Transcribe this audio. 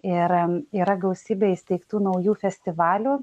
ir yra gausybė įsteigtų naujų festivalių